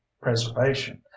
preservation